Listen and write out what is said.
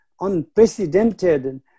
unprecedented